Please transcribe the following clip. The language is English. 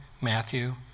Matthew